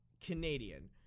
canadian